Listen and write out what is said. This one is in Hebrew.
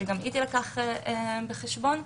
שגם היא נלקחת בחשבון,